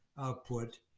output